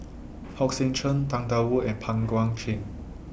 Hong Sek Chern Tang DA Wu and Pang Guek Cheng